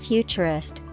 Futurist